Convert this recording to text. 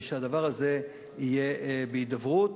שהדבר הזה יהיה בהידברות.